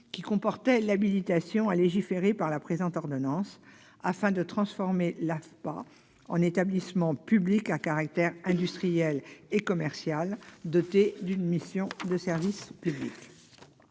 qui comportait l'habilitation à légiférer par la présente ordonnance afin de transformer l'AFPA en un établissement public à caractère industriel et commercial doté d'une mission de service public.